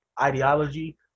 ideology